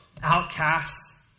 outcasts